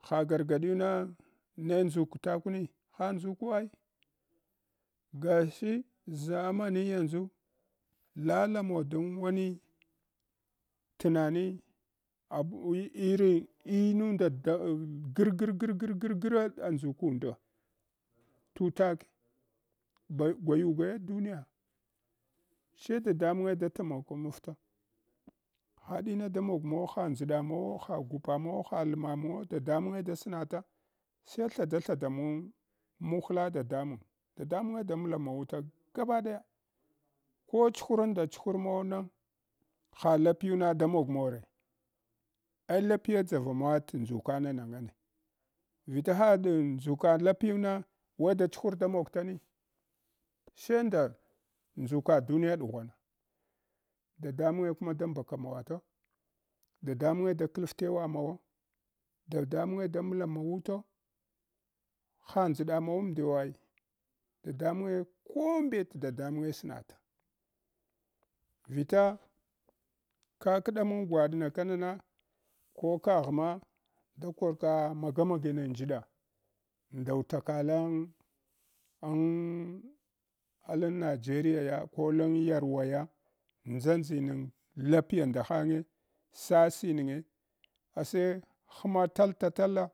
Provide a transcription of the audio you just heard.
Ha gargaɗiyuna ne ndʒuk takuni? Ha ndʒukuwai gash ʒamani yanʒu lala mawa dan wani tunani labue irin inunda da an gar gar gar gar gra ah ndgukunda tutak ba gwayugwaya duniya sheh daamange da tamakva mafta haɗina da mog mawa, ha ndʒɗa mawawo, ha gupa mawaeo, ha lma mawawu dadamange da snata sai thada thada mowg muhla dadamang, dadamange da mlamawuta gabaɗaya ko chuhrunda chuhur mawana ha lapiyuna da mogmaware ai lapiye dʒvamawa t’ ndʒuka nana ngane vita haɗan ndʒuka lapiyuna weh da chuhur da mog tani sheh nda nʒuka duniye ɗughwan dadamange kuma da mbakawawato, dadamange da klaf tewa mawa, dadamange da mulamawuto ha nʒada mawamdiyowai dadamange ko mbet dadamange snat vita kakɗ mang gwaɗna kanana ko kaghma da korka magamaginay ndʒda ndaw takalang alan najeriya ko lan yarwa ya ndʒandzining lapiya ndahange sasinge ase hma tal ta tala.